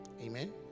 Amen